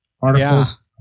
articles